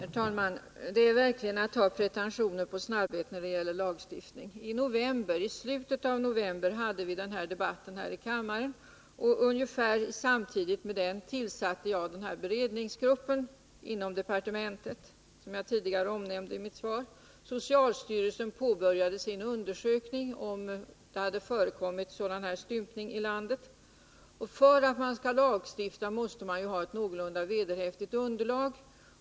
Herr talman! Det är verkligen att ha pretentioner på snabbhet när det gäller lagstiftningen. I slutet av november hade vi debatten här i kammaren och ungefär samtidigt med den tillsatte jag beredningsgruppen inom departementet, som jag omnämnde i mitt svar. Socialstyrelsen påbörjade sin undersökning av om det hade förekommit sådan här stympning i landet — för att kunna lagstifta måste man ha ett någorlunda vederhäftigt underlag.